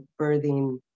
birthing